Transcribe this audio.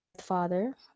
father